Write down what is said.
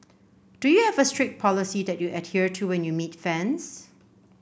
do you have a strict policy that you adhere to when you meet fans